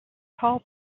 call